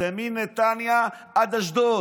מיליון דונם זה מנתניה עד אשדוד,